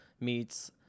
meets